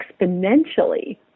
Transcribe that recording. exponentially